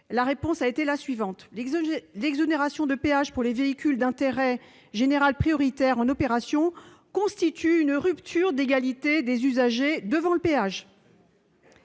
ce qui m'a été répondu :« L'exonération de péage pour les véhicules d'intérêt général prioritaires en opération constitue une rupture d'égalité des usagers devant le péage.